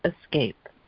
escape